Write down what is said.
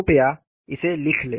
कृपया इसे लिख लें